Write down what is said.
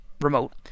remote